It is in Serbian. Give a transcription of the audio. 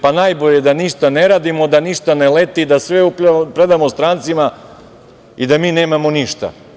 Pa, najbolje da ništa ne radimo, da ništa ne leti, da sve predamo strancima i da mi nemamo ništa.